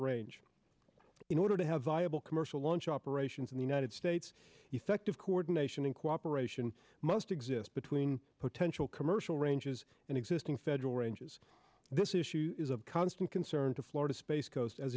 range in order to have viable commercial launch operations in the united states effective coordination and cooperation must exist between potential commercial ranges and existing federal ranges this issue is of constant concern to florida space coast as